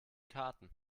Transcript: karten